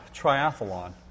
triathlon